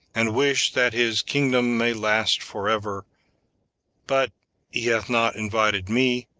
and wish that his kingdom may last for ever but he hath not invited me,